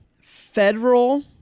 federal